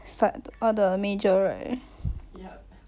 all the major right